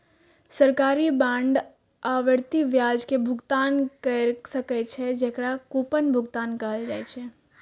सरकारी बांड आवर्ती ब्याज के भुगतान कैर सकै छै, जेकरा कूपन भुगतान कहल जाइ छै